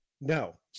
no